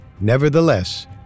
Nevertheless